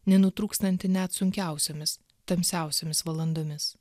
nenutrūkstantį net sunkiausiomis tamsiausiomis valandomis